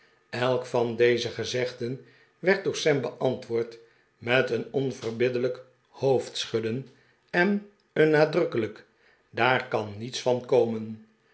elk van deze gezegden werd door sam beantwoord met een onverbiddelijk hoofdschudden en een nadrukkelijk daar kan niets van komen